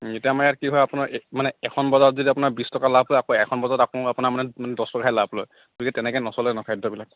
ও এতিয়া আমাৰ ইয়াত কি হয় আপোনাৰ এ মানে এখন বজাৰত যদি আপোনাৰ বিশ টকা লাভ লয় আকৌ এখন বজাৰত আকৌ আপোনাৰ মানে দহ টকাহে লাভ লয় গতিকে তেনেকৈ নচলে ন' খাদ্যবিলাক